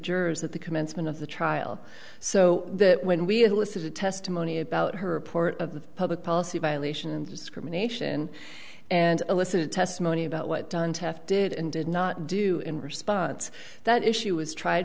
jurors at the commencement of the trial so that when we had elicited testimony about her report of the public policy violation and discrimination and elicit testimony about what did and did not do in response that issue was tried